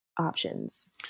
options